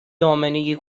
دامنه